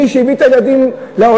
מי שהביא את הילדים לעולם,